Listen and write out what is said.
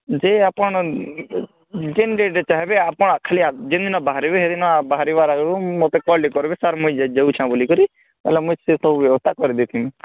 ଯେ ଆପଣ ଯିନ୍ ଦେଖେଇବେ ଆପଣ ଖାଲି ଯିନ୍ ଦିନ ବାହାରିବେ ସେଦିନ ବାହାରିବାର ଆଗରୁ ମୋତେ କଲ୍ କରିବେ ସାର୍ ମୁଁ ଯାଉଛେଁ ବୋଲିକରି ହେଲା ମୁଁ ସେ ସବୁ ବ୍ୟବସ୍ଥା କରି ଦେଇଥିବିଁ